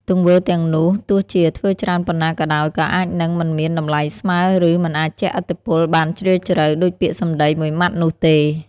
ទង្វើទាំងនោះ ទោះជាធ្វើច្រើនប៉ុណ្ណាក៏ដោយ ក៏អាចនឹង មិនមានតម្លៃស្មើ ឬ មិនអាចជះឥទ្ធិពលបានជ្រាលជ្រៅ ដូចពាក្យសម្ដីមួយម៉ាត់នោះទេ។